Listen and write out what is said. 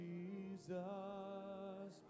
Jesus